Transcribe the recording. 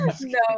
No